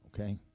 okay